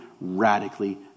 radically